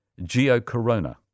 geocorona